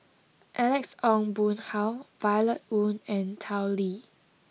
Alex Ong Boon Hau Violet Oon and Tao Li